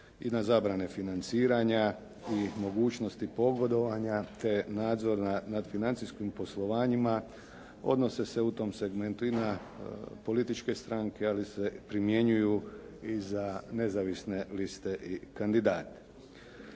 i na zabrane financiranja i mogućnosti pogodovanja, te nadzor nad financijskim poslovanjima odnose se u tom segmentu i na političke stranke, ali se primjenjuju i za nezavisne liste i kandidate.